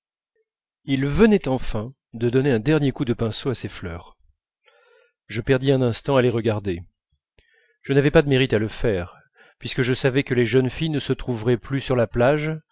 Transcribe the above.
il venait enfin de donner un dernier coup de pinceau à ses fleurs je perdis un instant à les regarder je n'avais pas de mérite à le faire puisque je savais que les jeunes filles ne se trouveraient plus sur la plage